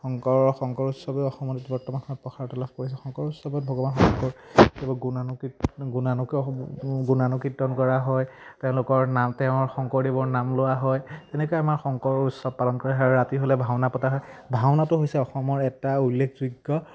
শংকৰ শংকৰ উৎসৱেও অসমত বৰ্তমান সময়ত প্ৰসাৰতা লাভ কৰিছে শংকৰ উৎসৱত ভগৱান শংকৰদেৱৰ গুণানু গুণানুকে গুণানুকীৰ্তন কৰা হয় তেওঁলোকৰ নাম তেওঁৰ শংকৰদেৱৰ নাম লোৱা হয় তেনেকৈ আমাৰ শংকৰ উৎসৱ পালন কৰে ৰাতি হ'লে ভাওনা পতা হয় ভাওনাটো হৈছে অসমৰ এটা উল্লেখযোগ্য